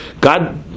God